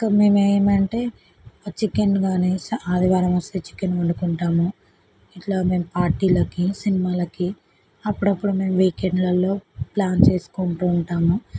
ఇంకా మేము ఏమంటే చికెన్ కానీ ఆదివారం వస్తే చికెన్ వండుకుంటాము ఇట్లా మేము పార్టీలకి సినిమాలకి అప్పుడప్పుడు మేము వీకెండ్లల్లో ప్లాన్ చేసుకుంటూ ఉంటాము